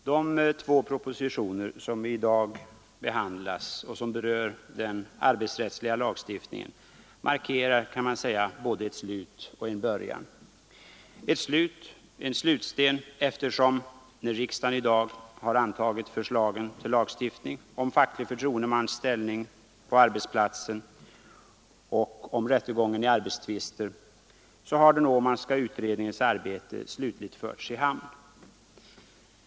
Herr talman! De två propositioner som i dag behandlas och som berör den arbetsrättsliga lagstiftningen markerar både ett slut och en början — en slutsten, när riksdagen i dag antagit förslagen till lagstiftning om facklig förtroendemans ställning på arbetsplatsen och om rättegången i arbetstvister. Därmed har den Åmanska utredningens arbete slutligt förts i hamn.